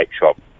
shop